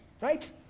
right